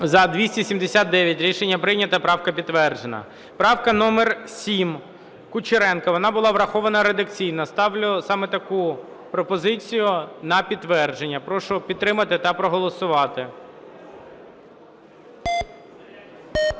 За-279 Рішення прийнято. Правка підтверджена. Правка номер 7, Кучеренко. Вона була врахована редакційно. Ставлю саме таку пропозицію на підтвердження. Прошу підтримати та проголосувати.